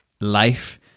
life